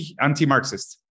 anti-Marxist